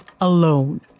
alone